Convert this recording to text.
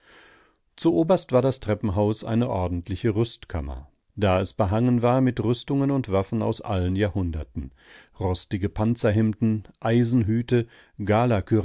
zu oberst war das treppenhaus eine ordentliche rüstkammer da es behangen war mit rüstungen und waffen aus allen jahrhunderten rostige panzerhemden eisenhüte